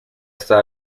está